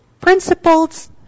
principles